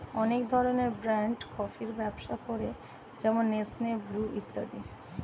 অনেক ধরনের ব্র্যান্ড কফির ব্যবসা করে যেমন নেসলে, ব্রু ইত্যাদি